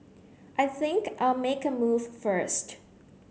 I think I'll make a move first